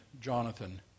Jonathan